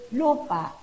lupa